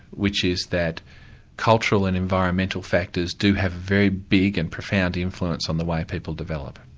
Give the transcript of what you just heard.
which is that cultural and environmental factors to have very big and profound influence on the way people develop.